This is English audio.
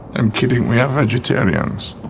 i'm kidding we are vegetarians